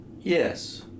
yes